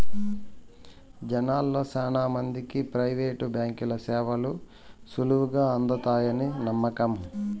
జనాల్ల శానా మందికి ప్రైవేటు బాంకీల సేవలు సులువుగా అందతాయని నమ్మకం